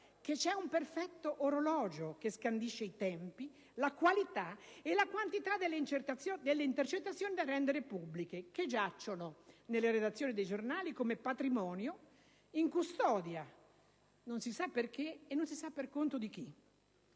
che c'è un perfetto orologio che scandisce i tempi, la qualità e la quantità delle intercettazioni da rendere pubbliche, le quali giacciono nelle redazioni dei giornali come patrimonio in custodia ma non si sa perché e per conto di chi.